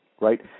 right